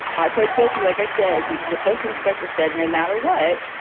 i plead guilty, like i said, because the postal inspector said no matter what,